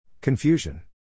Confusion